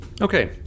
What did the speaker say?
okay